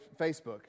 facebook